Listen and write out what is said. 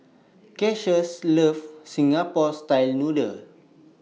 Cassius loves Singapore Style Noodles